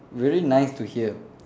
really nice to hear